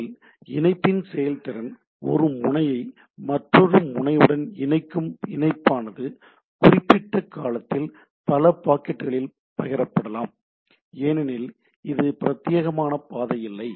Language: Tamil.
முதலில் இணைப்பின் செயல்திறன் ஒரு முனையை மற்றொரு முனையுடன் இணைக்கும் இணைப்பானது குறிப்பிட்ட காலத்தில் பல பாக்கெட்டுகளால் பகிரப்படலாம் ஏனெனில் இது பிரத்தியேகமான பாதை இல்லை